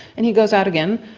and he goes out again,